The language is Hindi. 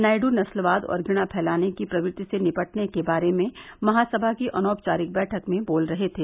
नायडू नस्लवाद और घृणा फैलाने की प्रवृत्ति से निपटने के बारे में महासभा की अनौपचारिक बैठक में बोल रहे थे